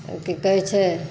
की कहै छै